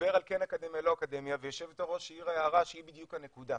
שדיבר על כן או לא אקדמיה והיו"ר העירה הערה שהיא בדיוק הנקודה.